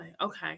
Okay